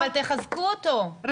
אבל תחזקו אותו,